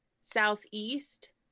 southeast